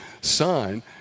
sign